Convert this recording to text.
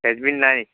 French bean নাই